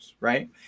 Right